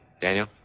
Daniel